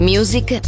Music